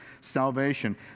salvation